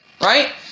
right